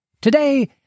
Today